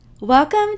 Welcome